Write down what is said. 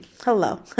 hello